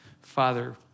Father